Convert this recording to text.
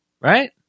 right